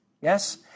Yes